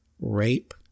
rape